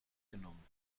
genommen